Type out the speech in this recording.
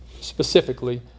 specifically